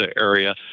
area